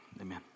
Amen